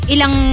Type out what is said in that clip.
Ilang